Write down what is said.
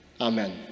Amen